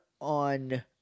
on